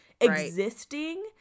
existing